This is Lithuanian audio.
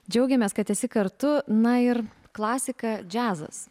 džiaugiamės kad esi kartu na ir klasika džiazas